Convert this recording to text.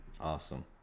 Awesome